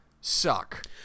suck